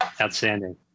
Outstanding